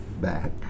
back